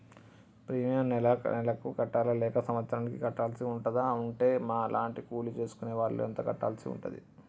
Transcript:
Premium నెల నెలకు కట్టాలా లేక సంవత్సరానికి కట్టాల్సి ఉంటదా? ఉంటే మా లాంటి కూలి చేసుకునే వాళ్లు ఎంత కట్టాల్సి ఉంటది?